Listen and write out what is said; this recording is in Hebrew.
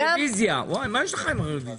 מה יש לך עם הרוויזיה?